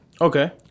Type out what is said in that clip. okay